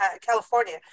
California